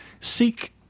seek